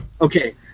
Okay